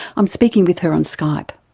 i'm speaking with her on skype.